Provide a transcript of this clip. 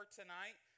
tonight